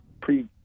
pre-